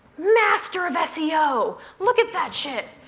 master of seo. look at that shit.